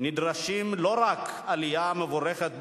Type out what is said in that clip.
נדרשת לא רק עלייה מבורכת במודעות,